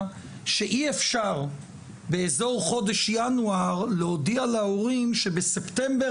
שאי אפשר באזור חודש ינואר להודיע להורים שבספטמבר